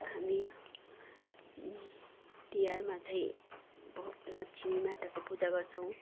हामी तिहारमा चाहिँ भयो लक्ष्मी माताको पूजा गर्छौँ